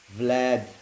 vlad